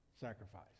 sacrifice